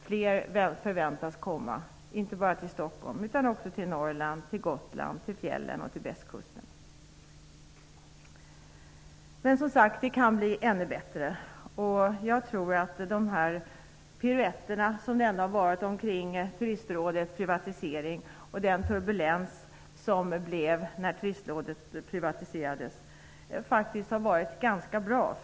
Fler förväntas komma inte bara till Stockholm utan också till Men det kan bli ännu bättre. Jag tror att de piruetter som varit omkring Turistrådets privatisering och den turbulens som blev när Turistrådet privatiserades faktiskt har varit ganska bra.